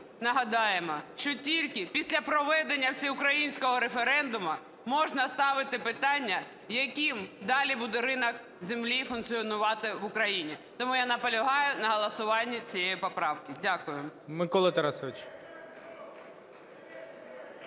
нагадаємо, що тільки після проведення Всеукраїнського референдуму можна ставити питання, яким далі буде ринок землі функціонувати в Україні. Тому я наполягаю на голосуванні цієї поправки. Дякую.